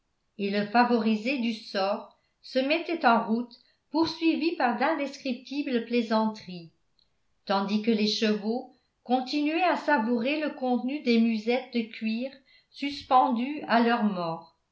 et le favorisé du sort se mettait en route poursuivi par d'indescriptibles plaisanteries tandis que les chevaux continuaient à savourer le contenu des musettes de cuir suspendues à leur mors